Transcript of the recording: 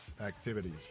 activities